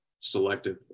selective